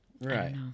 Right